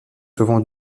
souvent